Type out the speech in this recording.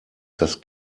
das